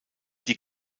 die